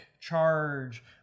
charge